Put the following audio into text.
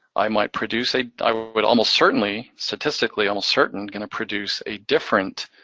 i might produce a, i would almost certainly, statistically almost certain, gonna produce a different